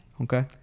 okay